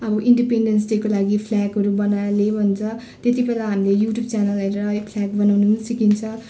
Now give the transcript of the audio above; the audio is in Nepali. अब इन्डिपेन्डेन्स डेको लागि फ्ल्यागहरू बनाएर ले भन्छ त्यति बेला हामीले यु ट्युब च्यानल हेरेर यो फ्ल्याग बनाउनु पनि सिकिन्छ